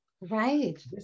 Right